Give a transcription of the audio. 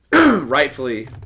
rightfully